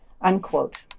Unquote